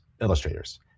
illustrators